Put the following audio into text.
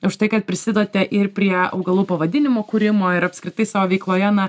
už tai kad prisidedate ir prie augalų pavadinimų kūrimo ir apskritai savo veikloje na